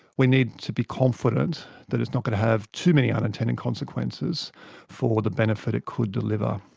we need to be confident that it's not going to have too many unintended consequences for the benefit it could deliver.